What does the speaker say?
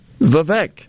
Vivek